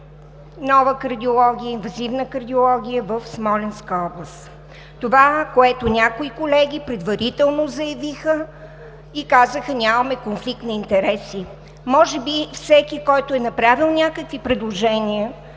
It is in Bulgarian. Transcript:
нова инвазивна кардиология в Смолянска област. Това, което някои колеги предварително заявиха и казаха: нямаме конфликт на интереси. Може би всеки, който е направил някакви предложения,